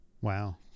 Wow